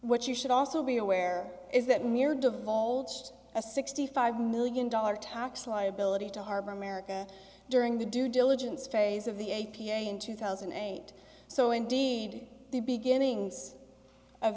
what you should also be aware is that meir divulged a sixty five million dollar tax liability to harbor america during the due diligence phase of the a p a in two thousand and eight so indeed the beginnings of